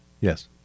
Yes